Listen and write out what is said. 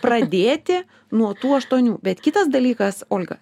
pradėti nuo tų aštuonių bet kitas dalykas olga